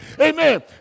Amen